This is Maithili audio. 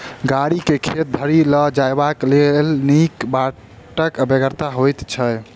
गाड़ी के खेत धरि ल जयबाक लेल नीक बाटक बेगरता होइत छै